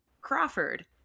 Crawford